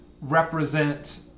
represent